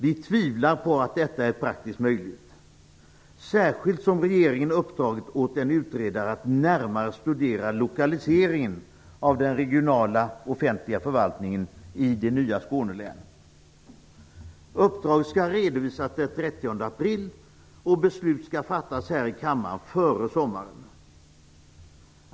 Vi tvivlar på att detta är praktiskt möjligt, särskilt som regeringen uppdragit åt en utredare att närmare studera lokaliseringen av den regionala offentliga förvaltningen i det nya Skånelänet. Uppdrag skall redovisas den 30 april, och beslut skall fattas här i kammaren före sommaren.